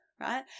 right